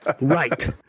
Right